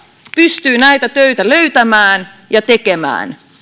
pystyy näitä töitä löytämään ja tekemään